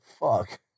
fuck